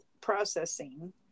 Processing